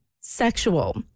sexual